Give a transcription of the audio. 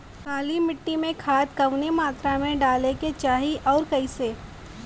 काली मिट्टी में खाद कवने मात्रा में डाले के चाही अउर कइसे?